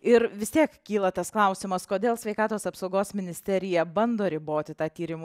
ir vis tiek kyla tas klausimas kodėl sveikatos apsaugos ministerija bando riboti tą tyrimų